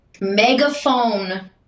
megaphone